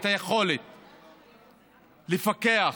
את היכולת לפקח,